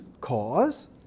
cause